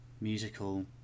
musical